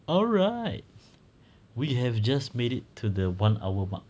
alright we have just made it to the one hour mark